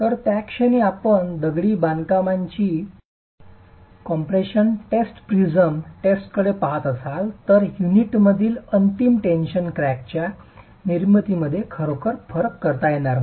तर त्याक्षणी जर आपण दगडी बांधकामाची कम्प्रेशन टेस्ट प्रिझम टेस्टकडे पाहत असाल तर युनिटमधील अंतिम टेन्शन क्रॅकच्या निर्मितीमध्ये खरोखर फरक करता येणार नाही